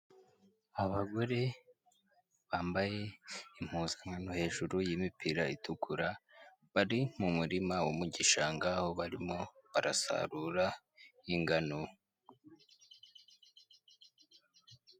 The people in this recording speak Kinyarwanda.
Abagore bambaye impuzankano hejuru y'imipira itukura, bari m'umurima wo mu gishanga aho barimo barasarura ingano.